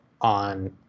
on